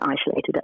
isolated